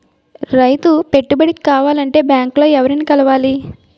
రైతు పెట్టుబడికి కావాలంటే బ్యాంక్ లో ఎవరిని కలవాలి?